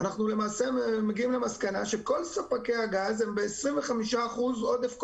למעשה המסקנה שכל ספקי הגז הם ב-25% עודף כוח-אדם,